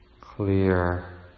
clear